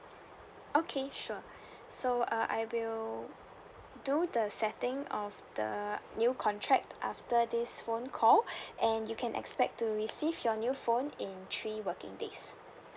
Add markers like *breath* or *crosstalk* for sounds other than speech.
okay sure so uh I will do the setting of the new contract after this phone call *breath* and you can expect to receive your new phone in three working days